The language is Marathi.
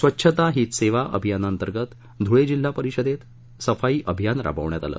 स्वच्छता हीच सेवा अभियानाअंतर्गत ध्रळे जिल्हा परिषदेत सफाई अभियान राबवण्यात आलं